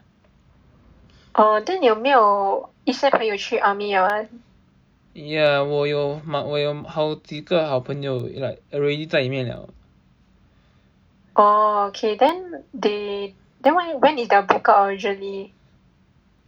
ya 我有我有好几个好朋友 like already 在里面了